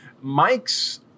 mike's